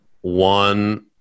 One